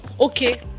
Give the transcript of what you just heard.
okay